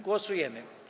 Głosujemy.